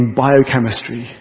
biochemistry